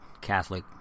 Catholic